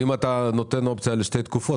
אם אתה נותן אופציה לשתי תקופות,